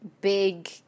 big